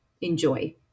Enjoy